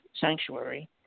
sanctuary